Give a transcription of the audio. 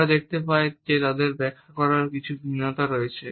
আমরা দেখতে পাই যে তাদের ব্যাখ্যা করার উপায়ে কিছু ভিন্নতা রয়েছে